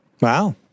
Wow